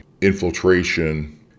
infiltration